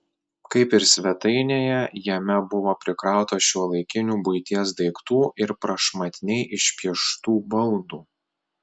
kaip ir svetainėje jame buvo prikrauta šiuolaikinių buities daiktų ir prašmatniai išpieštų baldų